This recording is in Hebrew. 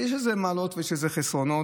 יש לזה מעלות ויש לזה חסרונות.